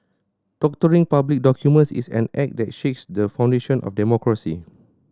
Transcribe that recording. doctoring public documents is an act that shakes the foundation of democracy